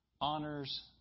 honors